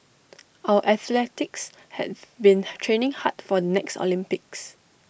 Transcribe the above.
our athletes have been training hard for next Olympics